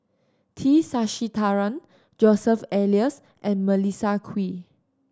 T Sasitharan Joseph Elias and Melissa Kwee